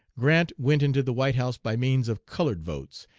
grant went into the white house by means of colored votes,